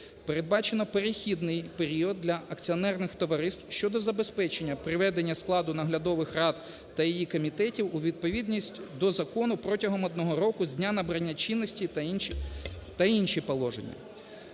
Передбачено перехідний період для акціонерних товариств щодо забезпечення приведення складу наглядових рад та її комітетів у відповідність до закону протягом одного року з дня набрання чинності та інші положення.